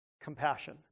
compassion